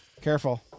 Careful